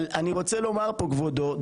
אני רוצה לומר פה, כבודו,